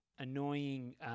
annoying